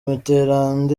mitterand